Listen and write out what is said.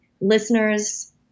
listeners